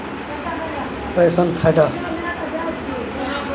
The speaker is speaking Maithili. पेंशन फंड पर सरकार कर नहि लगबै छै